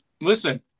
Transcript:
Listen